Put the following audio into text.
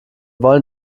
wollen